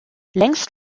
längst